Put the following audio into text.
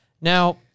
Now